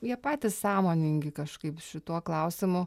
jie patys sąmoningi kažkaip šituo klausimu